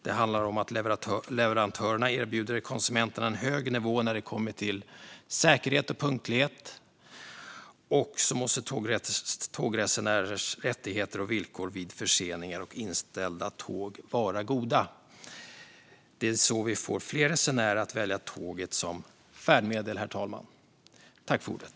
Det handlar om att leverantörerna ska erbjuda konsumenterna en hög nivå när det kommer till säkerhet och punktlighet. Och tågresenärers rättigheter och villkor vid förseningar och inställda tåg måste vara goda. Det är så vi får fler resenärer att välja tåget som färdmedel, herr ålderspresident.